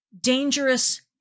dangerous